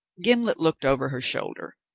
gimblet looked over her shoulder.